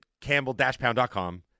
campbell-pound.com